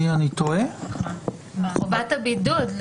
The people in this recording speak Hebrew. חובת הבידוד.